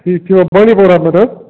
ٹھیٖک چھُ پٮ۪ٹھ حظ